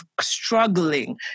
struggling